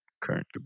current